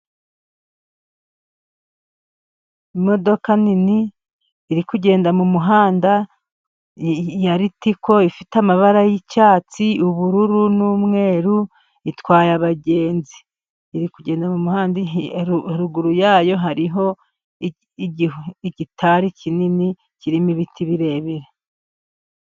Imodoka nini iri kugenda mu muhanda ya ritiko，ifite amabara y'icyatsi，ubururu n'umweru，itwaye abagenzi. Iri kugenda，haruguru yayo hariho igitari kinini，kirimo ibiti birebire.